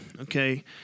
okay